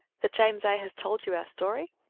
that james a. has told you our story?